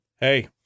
Hey